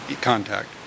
contact